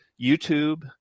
YouTube